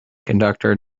conductor